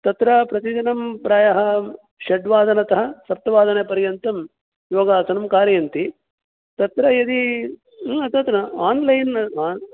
तत्र प्रतिदिनं प्रायः षड्वादनतः सप्तवादनपर्यन्तं योगासनं कारयन्ति तत्र यदि तत् न आन्लैन् मा